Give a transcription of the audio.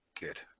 Good